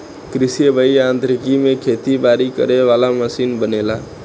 कृषि अभि यांत्रिकी में खेती बारी करे वाला मशीन बनेला